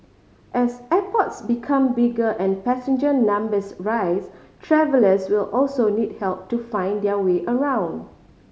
as airports become bigger and passenger numbers rise travellers will also need help to find their way around